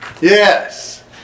yes